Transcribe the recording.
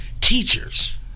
teachers